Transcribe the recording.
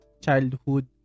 childhood